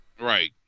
Right